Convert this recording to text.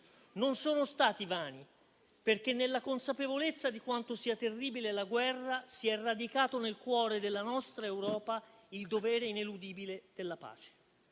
non sono stati vani, perché, nella consapevolezza di quanto sia terribile la guerra, si è radicato nel cuore della nostra Europa il dovere ineludibile della pace.